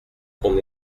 qu’on